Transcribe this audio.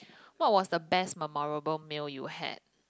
what was the best memorable meal you had